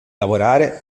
lavorare